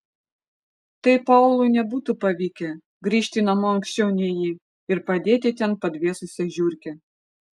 tai paului nebūtų pavykę grįžti namo anksčiau nei ji ir padėti ten padvėsusią žiurkę